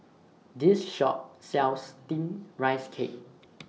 This Shop sells Steamed Rice Cake